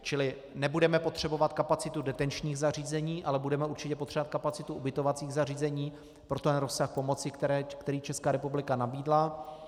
Čili nebudeme potřebovat kapacitu detenčních zařízení, ale budeme určitě potřebovat kapacitu ubytovacích zařízení pro ten rozsah pomoci, který Česká republika nabídla.